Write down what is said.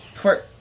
Twerk